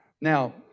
Now